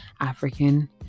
African